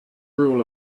rule